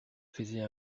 faisait